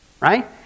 right